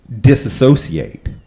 disassociate